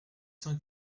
cent